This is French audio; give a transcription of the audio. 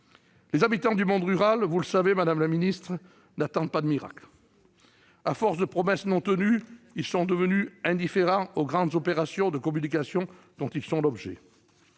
Les habitants du monde rural- vous le savez, madame la ministre -n'attendent pas de miracles. À force de promesses non tenues, ils sont devenus indifférents aux grandes opérations de communication dont ils sont les